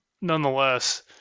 nonetheless